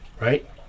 right